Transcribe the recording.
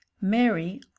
mary